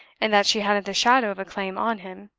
and that she hadn't the shadow of a claim on him.